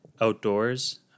outdoors